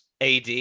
AD